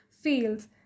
feels